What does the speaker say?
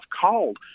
called